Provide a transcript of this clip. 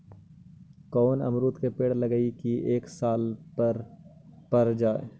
कोन अमरुद के पेड़ लगइयै कि एक साल में पर जाएं?